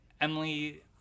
Emily